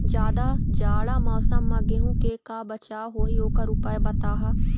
जादा जाड़ा मौसम म गेहूं के का बचाव होही ओकर उपाय बताहा?